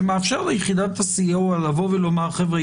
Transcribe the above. שמאפשר ליחידת הסיוע לבוא ולומר: חבר'ה,